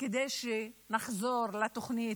כדי שנחזור לתוכנית,